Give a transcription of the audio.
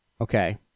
Okay